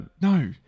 no